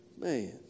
Man